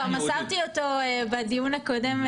כבר מסרתי אותו בדיון הקודם,